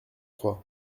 croix